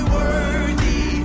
worthy